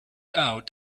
out